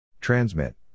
Transmit